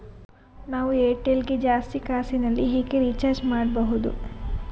ನಾವು ಏರ್ಟೆಲ್ ಗೆ ಜಾಸ್ತಿ ಕಾಸಿನಲಿ ಹೇಗೆ ರಿಚಾರ್ಜ್ ಮಾಡ್ಬಾಹುದು?